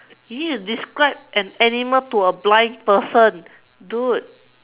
you need to describe an animal to a blind person dude